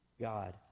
God